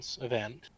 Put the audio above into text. event